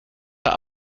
der